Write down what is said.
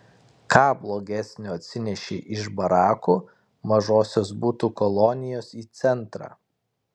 ką blogesnio atsinešei iš barakų mažosios butų kolonijos į centrą